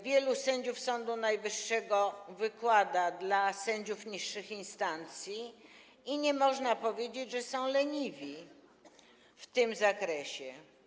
Wielu sędziów Sądu Najwyższego wykłada dla sędziów niższych instancji i nie można powiedzieć, że są leniwi w tym zakresie.